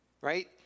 right